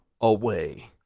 away